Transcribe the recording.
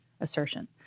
assertion